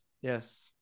Yes